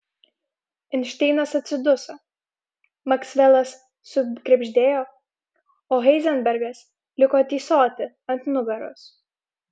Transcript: einšteinas atsiduso maksvelas sukrebždėjo o heizenbergas liko tysoti ant nugaros